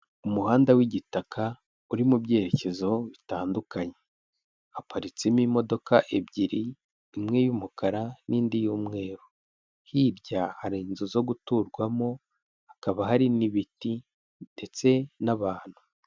Umuhanda w'igitaka, uri mu byerekezo bitandukanye, haparitsemo imodoka ebyiri, imwe y'umukara n'indi y'umweru, hirya hari inzu zo guturwamo, hakaba hari n'ibiti ndetse n'abantu.